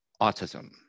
autism